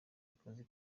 akazi